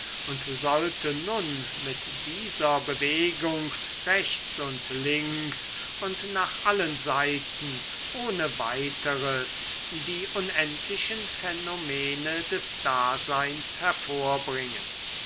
und sollte nun mit dieser bewegung rechts und links und nach allen seiten ohne weiteres die unendlichen phänomene des daseins hervorbringen